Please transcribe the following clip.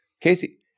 Casey